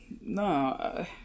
No